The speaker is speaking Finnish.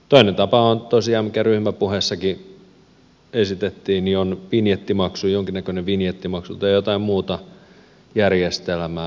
toinen tapa tosiaan mikä ryhmäpuheessakin esitettiin on jonkinnäköinen vinjettimaksu tai jokin muu järjestelmä